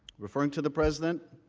referring to the president,